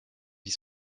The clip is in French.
vie